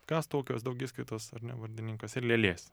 kas tokios daugiskaitos ar ne vardininkas ir lėlės